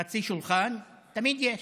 חצי שולחן, תמיד יש,